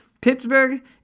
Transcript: Pittsburgh